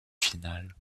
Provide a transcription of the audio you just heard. finales